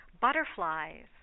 butterflies